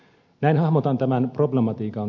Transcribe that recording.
näin hahmotan tämän problematiikan